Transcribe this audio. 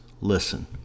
Listen